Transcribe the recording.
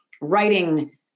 writing